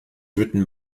written